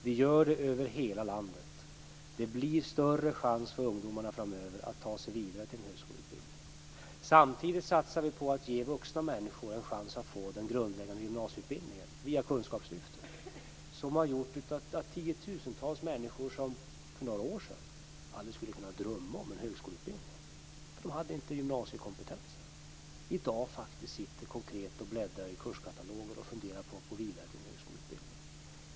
Vi gör det över hela landet. Det blir större chans för ungdomarna framöver att ta sig vidare till en högskoleutbildning. Samtidigt satsar vi på att ge vuxna människor en chans att få den grundläggande gymnasieutbildningen via kunskapslyftet. Det har gjort att tiotusentals människor som för några år sedan aldrig skulle kunnat drömma om en högskoleutbildning, eftersom de inte hade gymnasiekompetens, i dag faktiskt sitter och bläddrar i kurskataloger och funderar på att gå vidare till en högskoleutbildning.